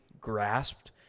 grasped